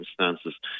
circumstances